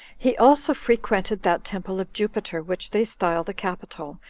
he also frequented that temple of jupiter which they style the capitol,